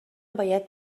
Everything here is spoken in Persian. باید